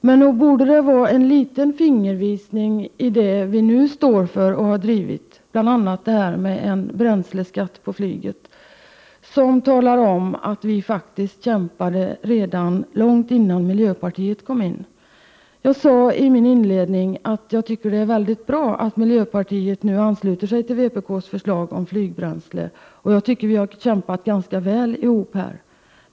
Men det vi här har drivit och nu står för borde vara en fingervisning. Skatt på flygbränsle talar t.ex. om att vi faktiskt kämpat redan långt innan miljöpartiet kom in i riksdagen. Jag sade i mitt inledningsanförande att jag tycker att det är bra att miljöpartiet nu ansluter sig till vpk:s förslag om flygbränsle. Vi har kämpat ganska väl tillsammans.